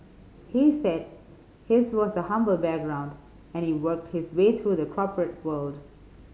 he said his was a humble background and he worked his way through the corporate world